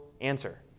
answer